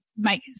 make